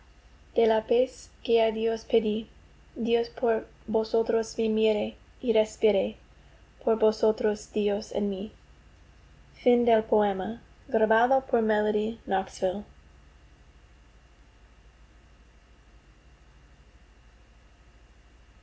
de la luz que á dios pedí dios por vosotros me mira y respira por vosotros dios en mí